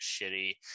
shitty